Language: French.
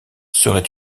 serait